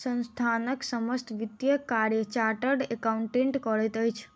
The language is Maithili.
संस्थानक समस्त वित्तीय कार्य चार्टर्ड अकाउंटेंट करैत अछि